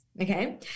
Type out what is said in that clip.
Okay